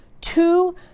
two